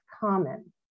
common